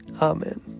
Amen